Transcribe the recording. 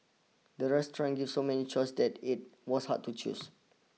the restaurant give so many choices that it was hard to choose